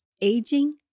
Aging